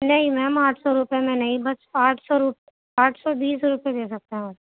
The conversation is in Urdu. نہیں میم آٹھ سو روپیے میں نہیں بس آٹھ سو آٹھ سو بیس روپیے دے سکتے ہیں